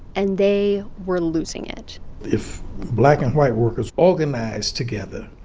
and they were losing it if black and white workers organize together,